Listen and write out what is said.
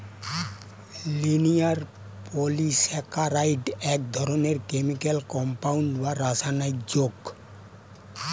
linear polysaccharide এক ধরনের chemical compound বা রাসায়নিক যৌগ